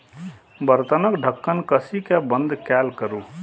बर्तनक ढक्कन कसि कें बंद कैल करू